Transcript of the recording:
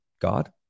God